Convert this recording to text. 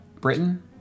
Britain